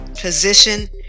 position